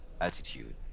attitude